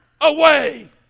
away